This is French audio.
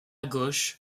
gauche